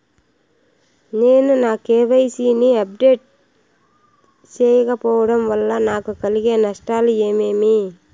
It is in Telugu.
నేను నా కె.వై.సి ని అప్డేట్ సేయకపోవడం వల్ల నాకు కలిగే నష్టాలు ఏమేమీ?